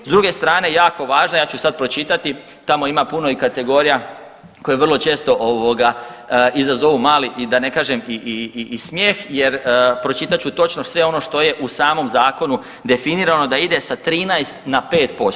S druge strane jako važno, ja ću sad pročitati, tamo ima puno i kategorija koje vrlo često ovoga izazovu mali i da ne kažem i smijeh jer pročitat ću točno sve ono što je u samom zakonu definirano da ide sa 13 na 5%